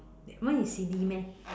that one is C_D meh